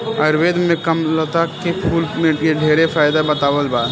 आयुर्वेद में कामलता के फूल के ढेरे फायदा बतावल बा